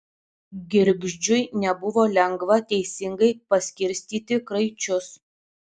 girgždžiui nebuvo lengva teisingai paskirstyti kraičius